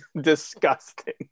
disgusting